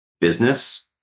business